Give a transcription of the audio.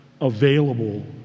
available